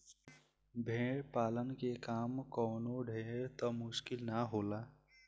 भेड़ पालन के काम कवनो ढेर त मुश्किल ना होला